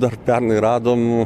dar pernai radom